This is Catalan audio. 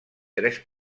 tres